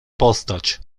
postać